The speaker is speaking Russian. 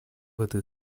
этой